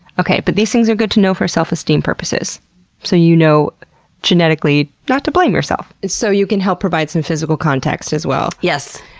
but these things are good to know for self-esteem purposes so you know genetically not to blame yourself. so you can help provide some physical context, as well? yes.